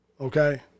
okay